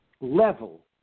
level